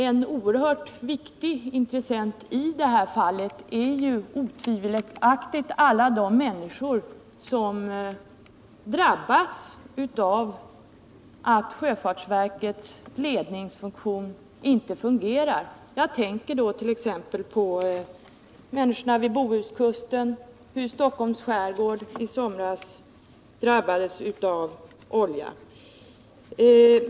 En oerhört viktig grupp av intressenter i det här fallet är otvivelaktigt alla de människor som drabbas av att sjöfartsverkets ledning inte fungerar. Jag tänker då t.ex. på människorna vid Bohuskusten och på hur Stockholms skärgård i somras drabbades av oljeutsläpp.